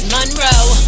Monroe